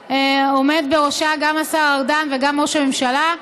שעומדים בראשה גם השר ארדן וגם ראש הממשלה.